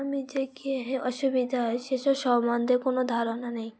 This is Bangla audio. আমি যে কে অসুবিধা হয় সেসব সম্বন্ধে কোনো ধারণা নেই